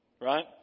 right